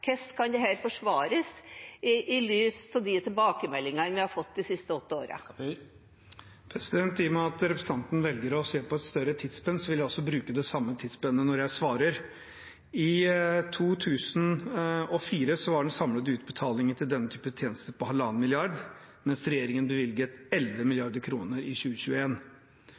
Hvordan kan dette forsvares i lys av de tilbakemeldingene vi har fått de siste åtte årene? I og med at representanten velger å se på et større tidsspenn, vil jeg bruke det samme tidsspennet når jeg svarer. I 2004 var den samlede utbetalingen til denne typen tjenester på 1,5 mrd. kr, mens regjeringen bevilget 11 mrd. kr i